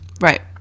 right